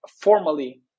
formally